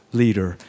leader